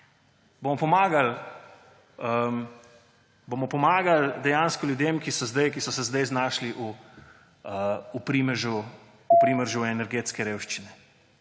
bomo pomagali dejansko ljudem, ki so se zdaj znašli v primežu energetske revščine.